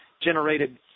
generated